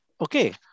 Okay